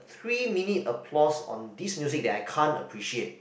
three minutes applause on this music that I can't appreciate